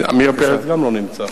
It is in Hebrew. עמיר פרץ גם לא נמצא.